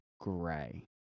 gray